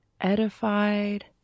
edified